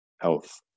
health